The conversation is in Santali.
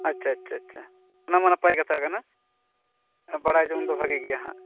ᱟᱪᱪᱷᱟ ᱟᱪᱪᱷᱟ ᱟᱪᱷᱟ ᱚᱱᱟᱢᱟ ᱱᱟᱯᱟᱭ ᱠᱟᱛᱷᱟ ᱠᱟᱱᱟ ᱵᱟᱰᱟᱭ ᱡᱚᱝ ᱫᱚ ᱵᱷᱟᱜᱮ ᱜᱮᱭᱟ ᱦᱟᱸᱜ